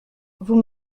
vous